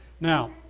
Now